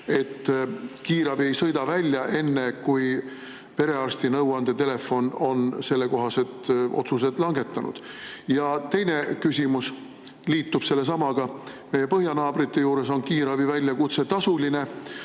et kiirabi ei sõida välja enne, kui perearsti nõuandetelefon on sellekohase otsuse langetanud? Ja teine küsimus liitub sellesamaga. Meie põhjanaabrite juures on kiirabi väljakutse tasuline.